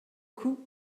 coup